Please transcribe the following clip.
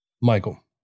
Michael